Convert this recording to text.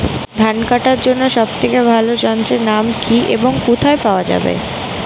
ধান কাটার জন্য সব থেকে ভালো যন্ত্রের নাম কি এবং কোথায় পাওয়া যাবে?